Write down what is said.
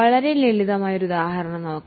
വളരെ ലളിതമായ ഒരു ഉദാഹരണം നോക്കാം